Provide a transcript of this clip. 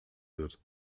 wird